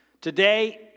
Today